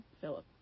Philip